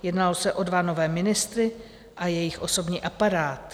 Jednalo se o dva nové ministry a jejich osobní aparát.